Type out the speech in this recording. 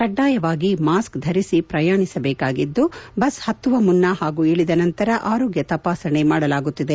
ಕಡ್ಡಾಯವಾಗಿ ಮಾಸ್ ಧರಿಸಿ ಪ್ರಯಾಣಿಸಬೇಕಾಗಿದ್ದು ಬಸ್ ಹತ್ನುವ ಮುನ್ನ ಹಾಗೂ ಇಳಿದ ನಂತರ ಆರೋಗ್ಯ ತಪಾಸಣೆ ಮಾಡಲಾಗುತ್ತಿದೆ